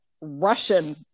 Russian